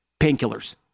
painkillers